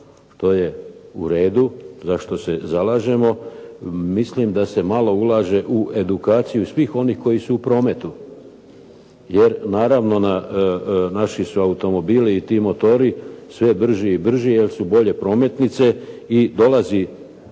to je u redu za što se zalažemo. Mislim da se malo ulaže u edukaciju svih onih koji su u prometu jer naravno, naši su automobili i ti motori sve brži i brži jer su bolje prometnice i dolazi